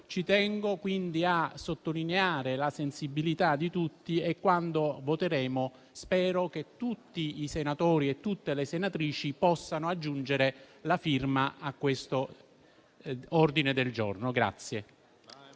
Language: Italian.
Ci tengo quindi a sottolineare la sensibilità di tutti e, quando voteremo, spero che tutti i senatori e tutte le senatrici possano aggiungere la firma a quest'ordine del giorno.